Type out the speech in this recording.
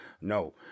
no